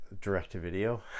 Direct-to-video